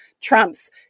trumps